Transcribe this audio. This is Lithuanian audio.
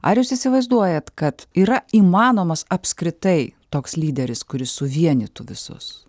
ar jūs įsivaizduojat kad yra įmanomas apskritai toks lyderis kuris suvienytų visus